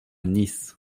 nice